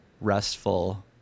restful